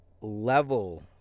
level